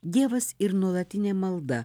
dievas ir nuolatinė malda